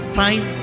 time